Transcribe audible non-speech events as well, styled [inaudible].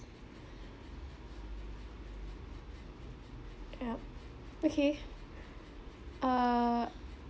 yup okay [breath] err